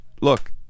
look